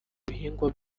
bihingwa